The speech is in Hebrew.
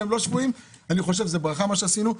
איך אנו יכולים לעשות פעולות נוספות.